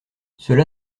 cela